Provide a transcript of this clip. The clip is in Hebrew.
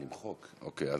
אוקיי.